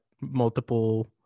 multiple